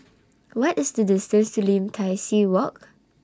What IS The distance to Lim Tai See Walk